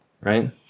Right